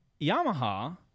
Yamaha